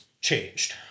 changed